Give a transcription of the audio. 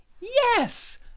Yes